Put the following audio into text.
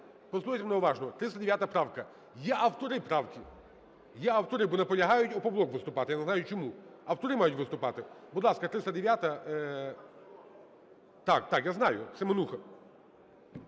послухайте мене уважно! 309 правка, є автори правки. Є автори. Бо наполягає "Опоблок" виступати, я не знаю чому. Автори мають виступати. Будь ласка, 309-а. Так-так, я знаю, Семенуха.